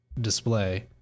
display